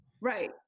Right